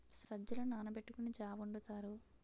సజ్జలు నానబెట్టుకొని జా వొండుతారు